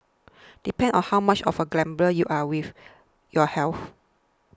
depends on how much of a gambler you are with your health